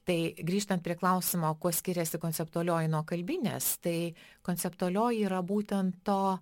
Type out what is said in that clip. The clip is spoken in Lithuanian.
tai grįžtant prie klausimo kuo skiriasi konceptualioji nuo kalbinės tai konceptualioji yra būtent to